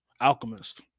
Alchemist